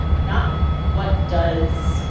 not what does,